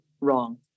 wrong